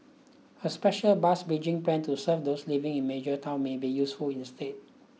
a special bus bridging plan to serve those living in major towns may be useful instead